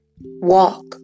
walk